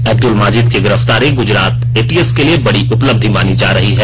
अब्दुल माजिद की गिरफ्तारी गुजरात एटीएस के लिए बड़ी उपलब्धि मानी जा रही है